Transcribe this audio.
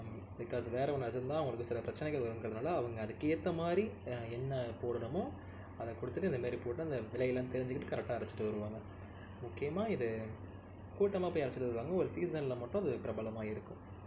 because வேற ஒன்று அரச்சியிருந்தா அவங்களுக்கு சில பிரச்சனைகள் வருன்றதனால் அவங்க அதுக்கேற்ற மாதிரி என்ன போடணுமோ அதை கொடுத்துட்டு இந்த மாதிரி போட்டு அந்த விலையெல்லாம் தெரிஞ்சிக்கிட்டு கரெக்டாக அரச்சிகிட்டு வருவாங்க முக்கியமாக இது கூட்டமாக போய் அரச்சிகிட்டு வருவாங்க ஒரு சீசனில் மட்டும் அது பிரபலமாயிருக்கும்